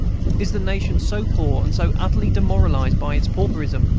is the nation so poor, and so utterly demoralized by its pauperism,